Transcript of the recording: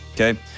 okay